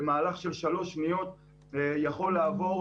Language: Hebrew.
במהלך של שלוש שניות הוא יכול לעבור.